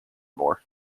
more